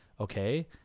okay